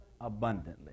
abundantly